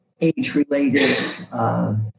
age-related